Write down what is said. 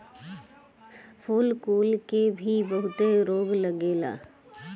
फूल कुल के भी बहुते रोग लागेला